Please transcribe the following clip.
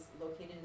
located